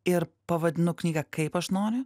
ir pavadinu knygą kaip aš noriu